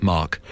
Mark